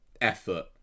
effort